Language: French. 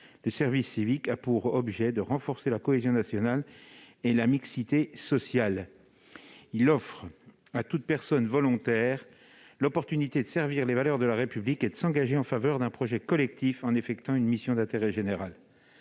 Le service civique a pour objet de renforcer la cohésion nationale et la mixité sociale. Il offre à toute personne volontaire l'occasion de servir les valeurs de la République et de s'engager en faveur d'un projet collectif en effectuant une mission d'intérêt général.